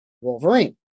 Wolverine